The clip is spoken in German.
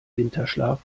winterschlaf